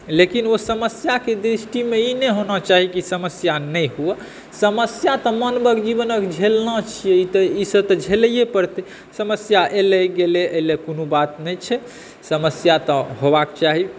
लेकिन ओ समस्याके दृष्टिमे ई नहि होना चाही की समस्या नहि हुए समस्या तऽ मानवक जीवनक झेलना छियै तऽ ई से तऽ झेलै परतै समस्या एलै गेलै एलै कोनो बात नहि छै समस्या तऽ होयबाक चाही